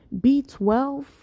B12